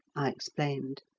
i explained.